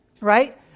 right